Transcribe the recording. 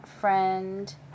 friend